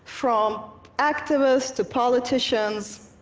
from activists to politicians,